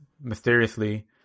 mysteriously